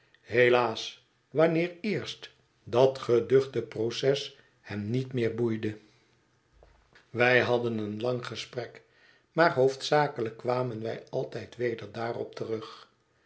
helaas wanneer eerst dat geduchte proces hem niet meer boeide wij hadden een lang gesprek maar hoofdzakelijk kwamen wij altijd weder daarop terug